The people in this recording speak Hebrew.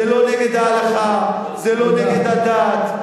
זה לא נגד ההלכה, זה לא נגד הדת.